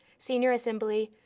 senior assembly,